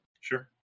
Sure